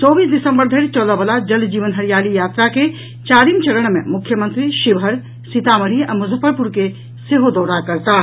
चौबीस दिसंबर धरि चलऽ वला जल जीवन हरियाली यात्रा के चारिम चरण मे मुख्यमंत्री शिवहर सीतामढ़ी आ मुजफ्फरपुर के सेहो दौरा करताह